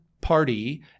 party